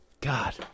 God